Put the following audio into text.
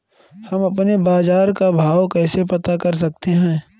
हम अपने बाजार का भाव कैसे पता कर सकते है?